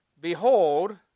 Behold